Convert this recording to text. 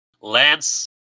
Lance